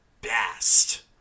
best